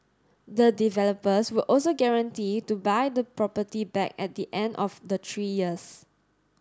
the developers would also guarantee to buy the property back at the end of the three years